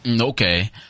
okay